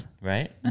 right